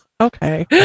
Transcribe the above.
okay